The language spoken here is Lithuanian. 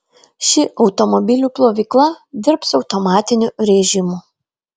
ši automobilių plovykla dirbs automatiniu rėžimu